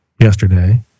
yesterday